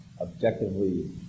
objectively